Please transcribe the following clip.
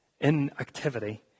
inactivity